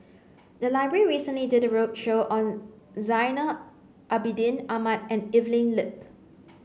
the library recently did a roadshow on Zainal Abidin Ahmad and Evelyn Lip